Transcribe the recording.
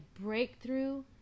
breakthrough